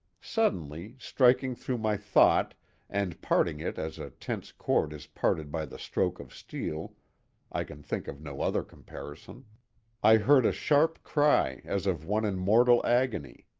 suddenly, striking through my thought and parting it as a tense cord is parted by the stroke of steel i can think of no other comparison i heard a sharp cry as of one in mortal agony!